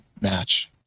match